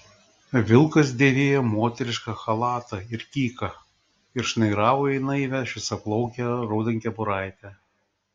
vilkas dėvėjo moterišką chalatą ir kyką ir šnairavo į naivią šviesiaplaukę raudonkepuraitę